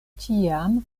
tiam